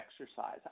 exercise